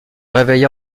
réveilla